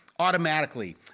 automatically